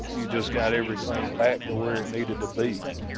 you just got everything back to where it needed to be,